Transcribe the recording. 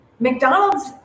McDonald's